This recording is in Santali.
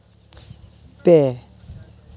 ᱯᱮ